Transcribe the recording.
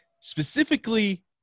specifically